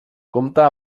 compta